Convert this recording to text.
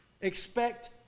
expect